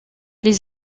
les